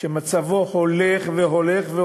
שמצבו מידרדר והולך,